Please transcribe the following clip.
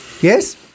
Yes